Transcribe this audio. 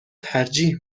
ترجیح